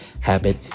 habit